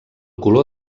color